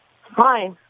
Hi